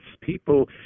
people